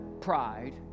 pride